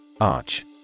Arch